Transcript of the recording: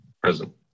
Present